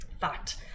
Fact